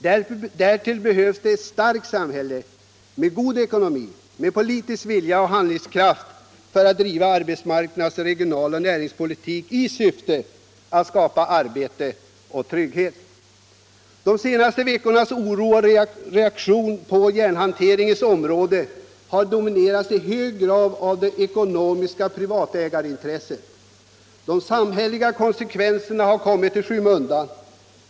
Därtill behövs ett starkt samhälle, med god ekonomi, med politisk vilja och handlingskraft för att driva arbetsmarknads-, regionaloch niringspolitik i syfte att skapa arbete och trygghet. De senaste veckornas oro och reaktion på järnhanteringens område har i hög grad dominerats av de ekonomiska privatägarintressena. De samhälleliga konsekvenserna har kommit i skymundan.